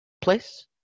place